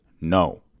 no